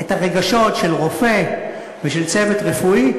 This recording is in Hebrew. הרגשות של רופא ושל צוות רפואי,